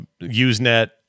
Usenet